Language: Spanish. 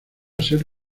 ser